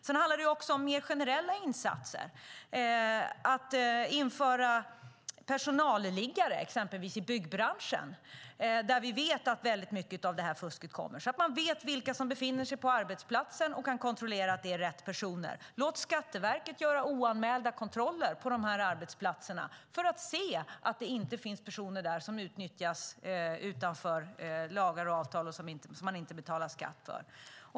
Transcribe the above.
Det handlar också om mer generella insatser, som att införa personalliggare till exempel i byggbranschen där vi vet att det förekommer mycket fusk. Då vet man vilka som befinner sig på arbetsplatsen och kan kontrollera att det är rätt personer. Låt Skatteverket göra oanmälda kontroller på de här arbetsplatserna för att se att det inte finns personer där som utnyttjas utanför lagar och avtal och som man inte betalar skatt för.